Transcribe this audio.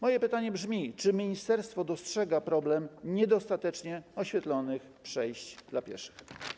Moje pytanie brzmi: Czy ministerstwo dostrzega problem niedostatecznie oświetlonych przejść dla pieszych?